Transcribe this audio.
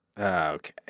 Okay